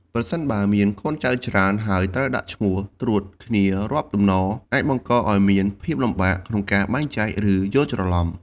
ប្រសិនបើមានកូនចៅច្រើន ហើយត្រូវដាក់ឈ្មោះត្រួតគ្នារាប់តំណ អាចបង្កឱ្យមានភាពលំបាកក្នុងការបែងចែក ឬយល់ច្រឡំ។